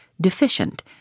deficient